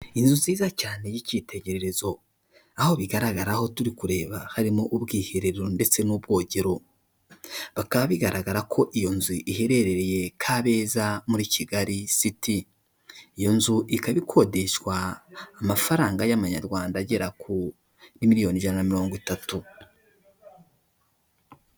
Inzu nziza cyane y'icyitegererezo, aho bigaragara aho turi kureba harimo ubwiherero ndetse n'ubwogero, bikaba bigaragara ko iyo nzu iherereye Kabeza muri Kigali siti. Iyo nzu ikaba ikodeshwa amafaranga y'amanyarwanda agera kuri miliyoni ijana na mirongo itatu.